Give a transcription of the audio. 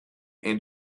and